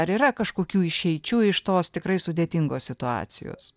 ar yra kažkokių išeičių iš tos tikrai sudėtingos situacijos